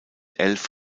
elf